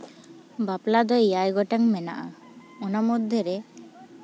ᱵᱟᱯᱞᱟ ᱫᱚ ᱮᱭᱟᱭ ᱜᱚᱴᱮᱱ ᱢᱮᱱᱟᱜᱼᱟ ᱚᱱᱟ ᱢᱚᱫᱽᱫᱷᱮᱨᱮ